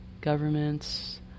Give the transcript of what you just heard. governments